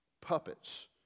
puppets